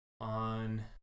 on